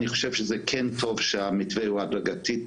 אני חושב שזה כן טוב שהמתווה הוא הדרגתי,